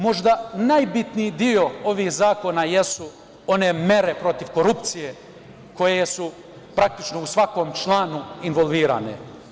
Možda najbitniji deo ovih zakona jesu one mere protiv korupcije koje su praktično u svakom članu involvirane.